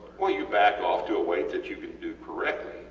well you back off to a weight that you can do correctly,